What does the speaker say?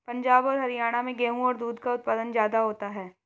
पंजाब और हरयाणा में गेहू और दूध का उत्पादन ज्यादा होता है